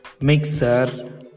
Mixer